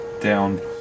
down